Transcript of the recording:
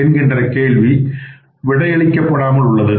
என்கின்ற கேள்வி விலை அளிக்கப்படாமல் உள்ளது